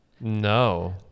No